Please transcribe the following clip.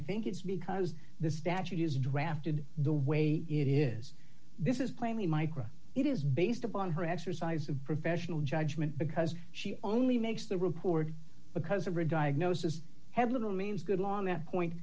think it's because the statute is drafted the way it is this is plainly micra it is based upon her exercise of professional judgment because she only makes the report because of a diagnosis had little means good law and that point